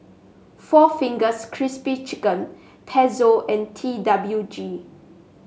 Four Fingers Crispy Chicken Pezzo and T W G